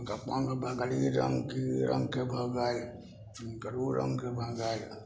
हुनका पङ्ख भए गेल ई रङ्ग रङ्गके भऽ गेल हुनकर ओ रङ्गके भऽ गेल